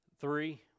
three